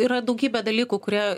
yra daugybė dalykų kurie